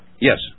yes